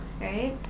Right